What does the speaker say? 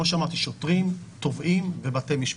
כמו שאמרתי, שוטרים תובעים בבתי משפט.